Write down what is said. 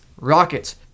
Rockets